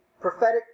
prophetic